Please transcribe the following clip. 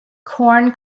corn